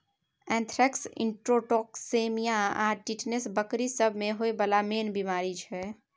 anthrax, enterotoxemia आ tetanus बकरी सब मे होइ बला मेन बेमारी छै